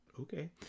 okay